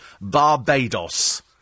Barbados